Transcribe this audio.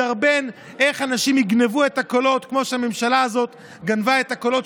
את הפגיעה בגופם ובנפשם של האנשים המוחזקים במתקני הכליאה